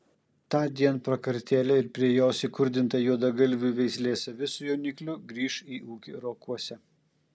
tądien prakartėlė ir prie jos įkurdinta juodagalvių veislės avis su jaunikliu grįš į ūkį rokuose